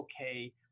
okay